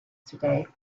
today